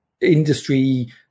industry